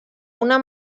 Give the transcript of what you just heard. una